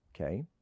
Okay